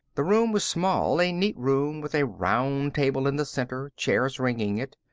the room was small, a neat room with a round table in the center, chairs ringing it.